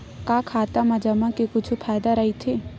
का खाता मा जमा के कुछु फ़ायदा राइथे?